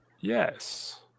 yes